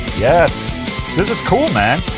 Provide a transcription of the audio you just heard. yes this is cool, man